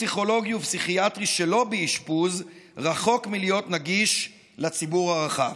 טיפול פסיכולוגי ופסיכיאטרי שלא באשפוז רחוק מלהיות נגיש לציבור הרחב.